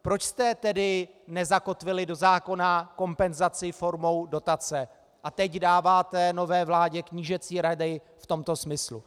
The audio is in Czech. Proč jste tedy nezakotvili do zákona kompenzaci formou dotace a teď dáváte nové vládě knížecí rady v tomto smyslu?